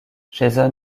jason